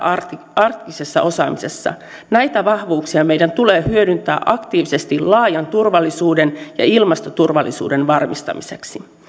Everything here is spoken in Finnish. arktisessa osaamisessa näitä vahvuuksia meidän tulee hyödyntää aktiivisesti laajan turvallisuuden ja ilmastoturvallisuuden varmistamiseksi